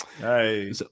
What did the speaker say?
hey